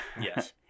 yes